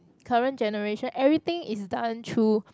current generation everything is done through